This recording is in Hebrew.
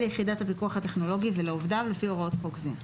יחידת הפיקוח הטכנולוגי ולעובדיו לפי הוראות חוק זה.